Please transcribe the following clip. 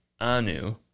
Anu